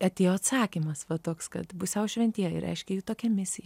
atėjo atsakymas va toks kad pusiau šventieji reiškia tokia misija